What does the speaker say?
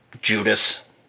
Judas